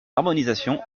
harmonisation